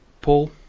Paul